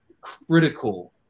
critical